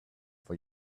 for